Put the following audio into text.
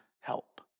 help